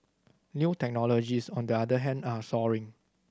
new technologies on the other hand are soaring